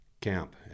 camp